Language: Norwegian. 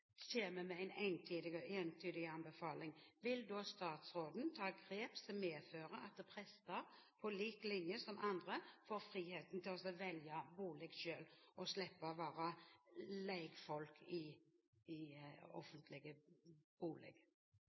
med en entydig anbefaling, vil da statsråden ta grep som medfører at prestene, på lik linje med andre, får frihet til å velge bolig selv og slippe å være leiefolk i offentlige